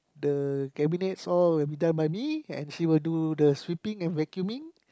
the cabinets all is done by me and she will do the sweeping and vacuuming